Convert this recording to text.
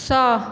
सह